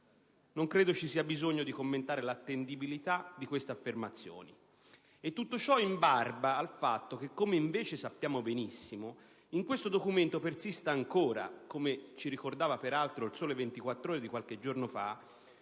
Non credo ci sia bisogno di commentare l'attendibilità di queste affermazioni. E tutto ciò in barba al fatto che, come invece sappiamo benissimo, in questo documento persiste ancora (come ci ricordava «Il Sole 24 Ore» di qualche giorno fa)